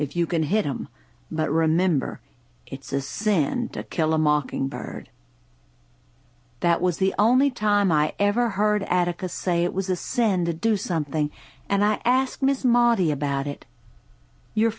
if you can hit em but remember it's a sin to kill a mockingbird that was the only time i ever heard atticus say it was a sin to do something and i asked miss ma the about it your